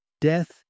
death